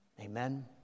Amen